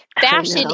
fashion